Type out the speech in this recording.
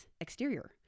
exterior